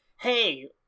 hey